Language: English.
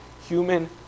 human